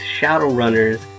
Shadowrunners